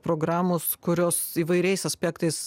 programos kurios įvairiais aspektais